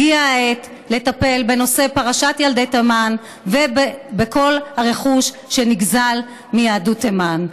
הגיעה העת לטפל בנושא פרשת ילדי תימן ובכל הרכוש שנגזל מיהדות תימן.